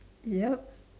ya